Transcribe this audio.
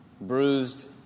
bruised